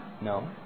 No